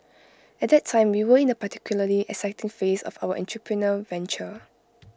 at that time we were in A particularly exciting phase of our entrepreneurial venture